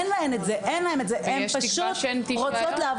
אין להן את זה, הן פשוט באות לעבוד.